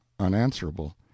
unanswerable